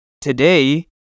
today